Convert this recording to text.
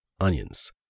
onions